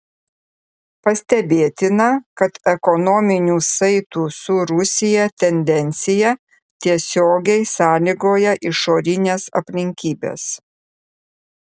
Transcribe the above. pastebėtina kad ekonominių saitų su rusija tendencija tiesiogiai sąlygoja išorinės aplinkybės